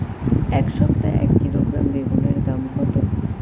এই সপ্তাহে এক কিলোগ্রাম বেগুন এর দাম কত?